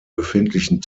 befindlichen